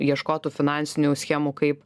ieškotų finansinių schemų kaip